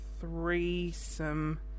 threesome